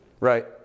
Right